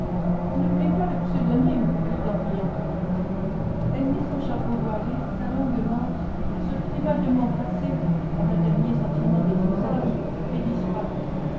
n'oublie pas le pseudonyme dit en riant maryelle elle mit son chapeau voilé sa longue mante se priva de m'embrasser par un dernier sentiment des usages et disparut